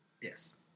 Yes